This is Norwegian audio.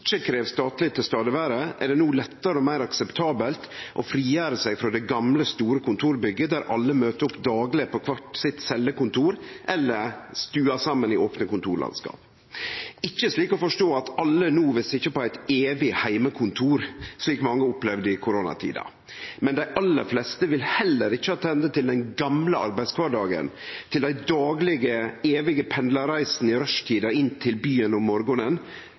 ikkje krev stadleg nærvær, er det no lettare og meir akseptabelt å frigjere seg frå det gamle, store kontorbygget der alle møter opp dagleg på kvart sitt cellekontor eller stua saman i opne kontorlandskap. Det er ikkje slik å forstå at alle no vil sitje på eit evig heimekontor, slik mange opplevde i koronatida, men dei aller fleste vil heller ikkje attende til den gamle arbeidskvardagen, til dei daglege evige pendlarreisene i rushtida inn til byen om morgonen – det systemet vi òg har dimensjonert veg- og